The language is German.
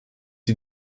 sie